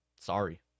Sorry